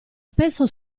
spesso